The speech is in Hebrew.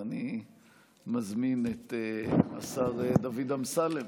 אז אני מזמין את השר דוד אמסלם